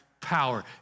power